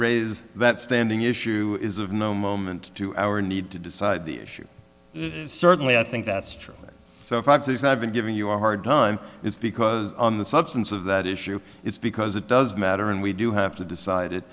raise that standing issue is of no moment to our need to decide the issue certainly i think that's true so if i've not been giving you a hard time it's because on the substance of that issue it's because it does matter and we do have to decide it